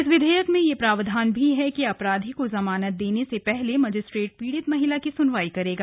इस विधेयक में ये प्रावधान भी है कि अपराधी को जमानत देने से पहले मजिस्ट्रेट पीड़ित महिला की सुनवाई करेगा